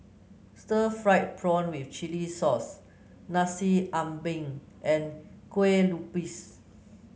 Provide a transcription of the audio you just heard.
Stir Fried Prawn with Chili Sauce Nasi Ambeng and Kuih Lopes